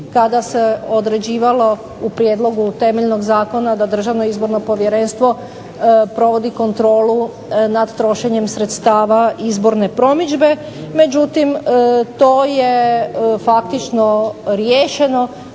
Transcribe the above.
tada se određivalo u prijedlogu temeljnog zakona da DIP provodi kontrolu nad trošenjem sredstava izborne promidžbe. Međutim, to je faktično riješeno.